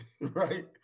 right